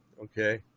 okay